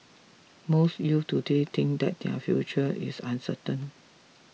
most youths today think that their future is uncertain